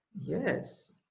Yes